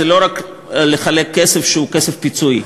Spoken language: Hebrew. זה לא רק לחלק כסף שהוא כסף פיצוי.